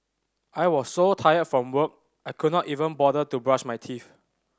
I was so tired from work I could not even bother to brush my teeth